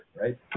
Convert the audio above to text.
Right